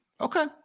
okay